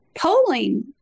polling